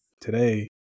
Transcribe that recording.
today